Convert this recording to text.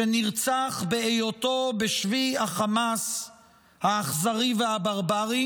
שנרצח בהיותו בשבי החמאס האכזרי והברברי